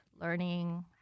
learning